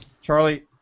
Charlie